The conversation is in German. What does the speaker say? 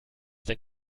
denn